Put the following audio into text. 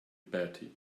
batty